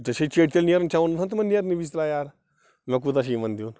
ژےٚ چھےٚ چیٚٹھۍ تیٚلہِ نیرُن ژےٚ ووٚنُتھ نَہ تِمن نیرنہٕ وِزِ تَلا یار مےٚ کوٗتاہ چھُ یِمن دِیُن